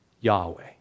Yahweh